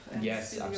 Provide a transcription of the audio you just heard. Yes